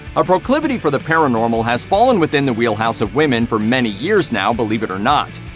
a proclivity for the paranormal has fallen within the wheelhouse of women for many years now, believe it or not.